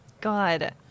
god